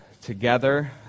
together